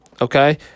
Okay